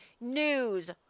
news